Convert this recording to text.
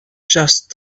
just